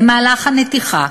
במהלך הנתיחה